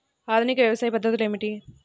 ఆధునిక వ్యవసాయ పద్ధతులు ఏమిటి?